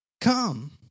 come